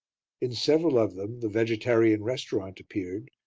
in several of them the vegetarian restaurant appeared,